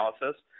analysis